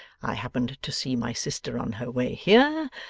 i happened to see my sister on her way here,